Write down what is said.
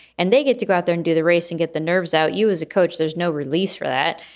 and they get to go out there and do the race and get the nerves out. you as a coach. there's no release for that.